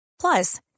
Plus